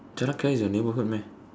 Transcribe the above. Jalan-Kayu is your neighbourhood meh